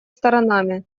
сторонами